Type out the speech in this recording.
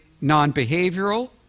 non-behavioral